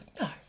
No